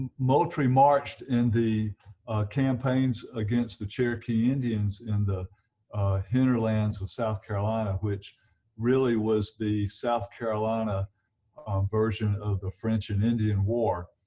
marched marched in the campaigns against the cherokee indians in the hinterlands of south carolina, which really was the south carolina version of the french and indian war.